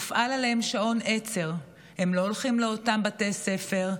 הופעל עליהם שעון עצר: הם לא הולכים לאותם בתי ספר,